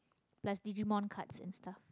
plus digimon cards and stuff